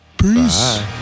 Peace